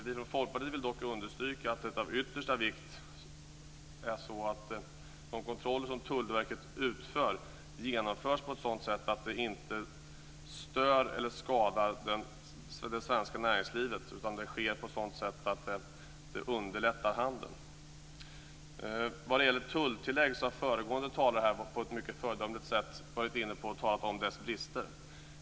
Vi från Folkpartiet vill dock understryka att det är av yttersta vikt att de kontroller som Tullverket utför genomförs på ett sådant sätt att det inte stör eller skadar det svenska näringslivet utan sker på ett sådant sätt att det underlättar handeln. Vad det gäller tulltillägget har föregående talare på ett mycket föredömligt sätt talat om dess brister.